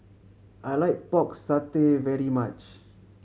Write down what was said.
I like Pork Satay very much